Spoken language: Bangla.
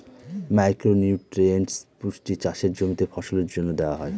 মাইক্রো নিউট্রিয়েন্টস পুষ্টি চাষের জমিতে ফসলের জন্য দেওয়া হয়